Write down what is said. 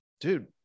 dude